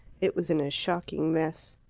it was in a shocking mess.